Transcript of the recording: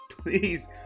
please